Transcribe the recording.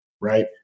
right